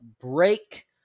break